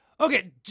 Okay